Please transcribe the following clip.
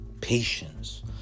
patience